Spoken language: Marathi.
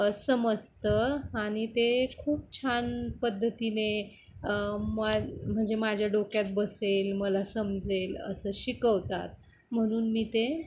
समजतं आणि ते खूप छान पद्धतीने मा म्हणजे माझ्या डोक्यात बसेल मला समजेल असं शिकवतात म्हणून मी ते